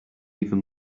even